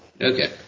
okay